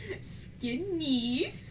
Skinny